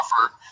offer